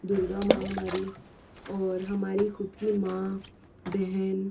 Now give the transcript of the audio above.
दुर्गा माँ हमारी और हमारी खुद की माँ बहन